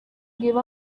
give